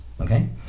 Okay